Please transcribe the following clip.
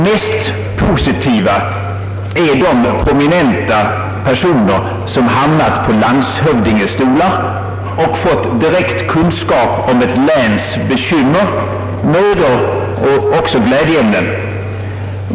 Mest positiva är de prominenta socialdemokrater, som hamnat på landshövdingestolar och fått direkt kunskap om ett läns bekymmer, mödor och även glädjeämnen.